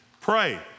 pray